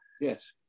yes